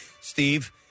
Steve